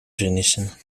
vernissen